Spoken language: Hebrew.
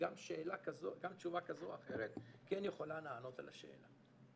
גם תשובה כזו או אחרת כן יכולה לענות על השאלה.